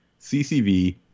CCV